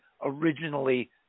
originally